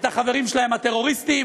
את החברים שלהם הטרוריסטים,